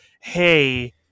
hey